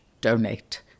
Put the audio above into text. donate